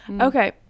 okay